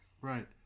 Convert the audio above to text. Right